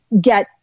get